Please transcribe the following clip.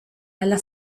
alla